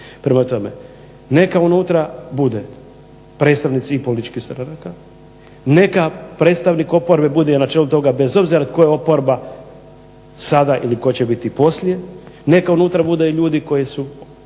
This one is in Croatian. Prema tome neka unutra bude predstavnici i političkih stranaka, neka predstavnik oporbe bude na čelu toga bez obzira tko je oporba sada ili tko će biti poslije, neka unutra bude i ljudi koji su